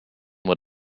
what